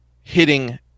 hitting